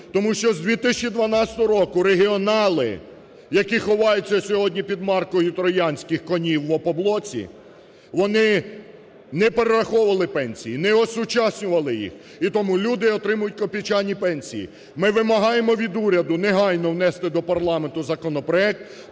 Тому що з 2012 року регіонали, які ховаються сьогодні під маркою "троянських конів" в Опоблоці, вони не перераховували пенсії, не осучаснювали їх, і тому люди отримують копійчані пенсії. Ми вимагаємо від уряду негайно внести до парламенту законопроект